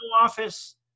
office